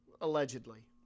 Allegedly